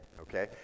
okay